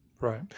Right